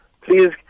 Please